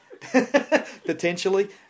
potentially